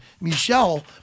Michelle